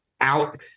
out